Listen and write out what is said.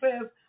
says